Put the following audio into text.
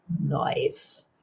Nice